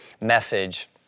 message